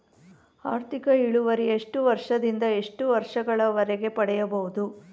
ಆರ್ಥಿಕ ಇಳುವರಿ ಎಷ್ಟು ವರ್ಷ ದಿಂದ ಎಷ್ಟು ವರ್ಷ ಗಳವರೆಗೆ ಪಡೆಯಬಹುದು?